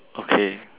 okay